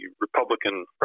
Republican